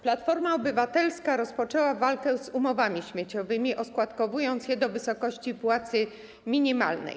Platforma Obywatelska rozpoczęła walkę z umowami śmieciowymi, oskładkowując je do wysokości płacy minimalnej.